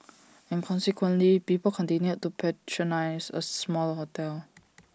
and consequently people continued to patronise A smaller hotel